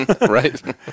right